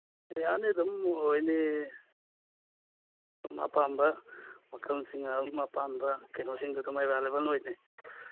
ꯌꯥꯅꯤ ꯑꯗꯨꯝ ꯑꯣꯏꯅꯤ ꯑꯗꯨꯝ ꯑꯄꯥꯝꯕ ꯃꯈꯜꯁꯤꯡ ꯑꯄꯥꯝꯕ ꯀꯩꯅꯣꯁꯤꯡ ꯑꯗꯨꯝ ꯑꯦꯚꯥꯏꯂꯦꯕꯜ ꯑꯣꯏꯅꯤ